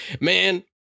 man